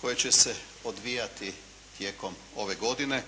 koje će se odvijati tijekom ove godine,